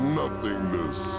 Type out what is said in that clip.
nothingness